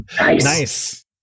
Nice